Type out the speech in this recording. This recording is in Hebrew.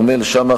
כרמל שאמה,